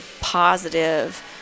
positive